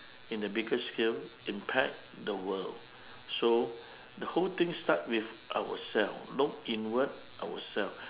in the bigger scale impact the world so the whole thing start with our self look inward our self